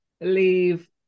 Leave